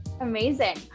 Amazing